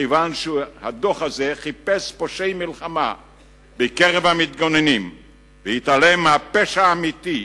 כיוון שהדוח הזה חיפש פושעי מלחמה בקרב המתגוננים והתעלם מהפשע האמיתי,